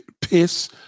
piss